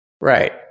Right